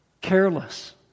careless